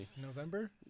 november